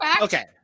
Okay